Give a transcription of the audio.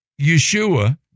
Yeshua